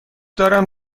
دارم